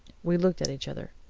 we looked at each other.